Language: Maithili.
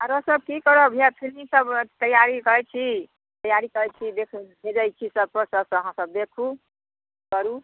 आरो सब की करब इएह छी सब तैआरी करै छी तैआरी करै छी देख कऽ भेजै छी सबपर तऽ सब यहाँ सब देखु करू